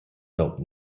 built